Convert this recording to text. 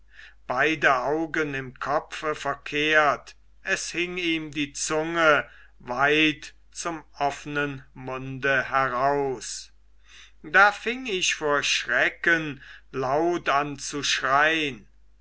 beide augen im kopfe verkehrt es hing ihm die zunge weit zum offenen munde heraus da fing ich vor schrecken laut an zu schrein